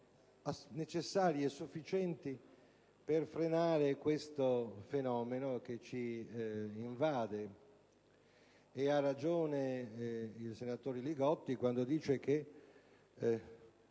necessari e sufficienti per frenare questo fenomeno che ci invade. Ha ragione il senatore Li Gotti quando afferma che